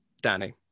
Danny